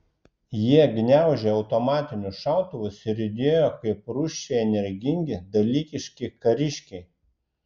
jie gniaužė automatinius šautuvus ir judėjo kaip rūsčiai energingi dalykiški kariškiai